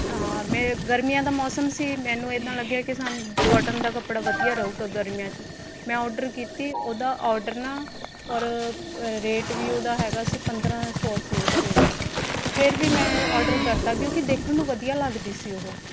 ਤਾਂ ਮੇਰੇ ਗਰਮੀਆਂ ਦਾ ਮੌਸਮ ਸੀ ਮੈਨੂੰ ਇੱਦਾਂ ਲੱਗਿਆ ਕਿ ਸਾਨੂੰ ਕੋਟਨ ਦਾ ਕੱਪੜਾ ਵਧੀਆ ਰਹੂਗਾ ਗਰਮੀਆਂ 'ਚ ਮੈਂ ਆਰਡਰ ਕੀਤੀ ਉਹਦਾ ਆਰਡਰ ਨਾ ਔਰ ਅ ਰੇਟ ਵੀ ਉਹਦਾ ਹੈਗਾ ਸੀ ਪੰਦਰਾਂ ਸੌ ਸੀ ਉਹਦਾ ਰੇਟ ਫੇਰ ਵੀ ਮੈਂ ਆਰਡਰ ਕਰਤਾ ਕਿਉੰਕਿ ਦੇਖਣ ਨੂੰ ਵਧੀਆ ਲੱਗਦੀ ਸੀ ਉਹ